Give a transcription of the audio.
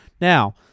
Now